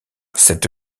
cette